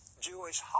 Jewish